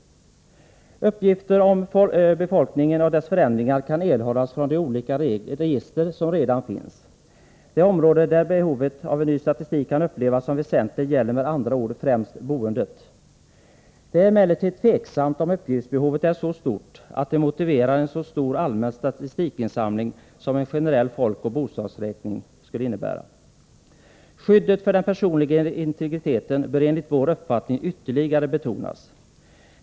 Uppgifter om befolkningen och förändringar härvidlag kan erhållas i de olika register som redan finns. Det område där behovet av ny statistik kan upplevas som väsentligt är med andra ord främst boendet. Det är emellertid osäkert om uppgiftsbehovet är så stort att det motiverar en så stor allmän statistikinsamling som en generell folkoch bostadsräkning skulle innebära. Skyddet för den personliga integriteten bör enligt vår uppfattning ytterligare betonas.